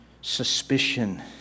suspicion